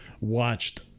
watched